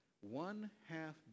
one-half